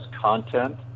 content